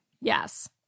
Yes